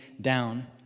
down